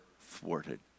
thwarted